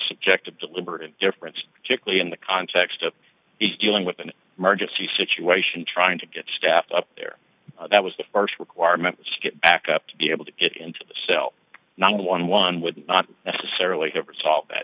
subject of deliberate indifference typically in the context of dealing with an emergency situation trying to get staff up there that was the st requirement to get back up to be able to get into the cell number eleven would not necessarily have resolved th